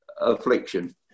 affliction